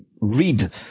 read